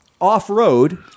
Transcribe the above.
off-road